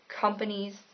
companies